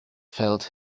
felt